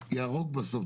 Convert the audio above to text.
יהרוג בסוף,